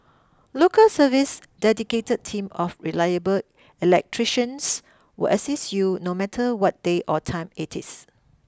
Local Service's dedicated team of reliable electricians will assist you no matter what day or time it is